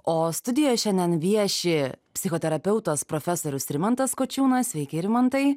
o studijo šiandien vieši psichoterapeutas profesorius rimantas kočiūnas sveiki rimantai